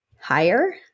higher